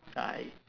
lie